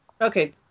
okay